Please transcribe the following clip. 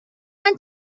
چند